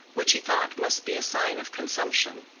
which he thought must be a sign of consumption.